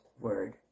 word